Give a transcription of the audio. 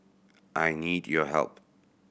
I need your help